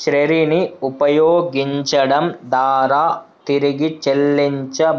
శ్రెరిని ఉపయోగించడం దారా తిరిగి చెల్లించబడతాయంట